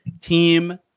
team